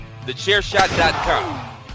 TheChairShot.com